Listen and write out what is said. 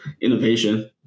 innovation